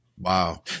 Wow